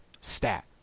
stat